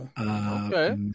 Okay